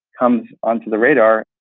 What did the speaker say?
comes onto the radar,